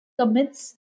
commits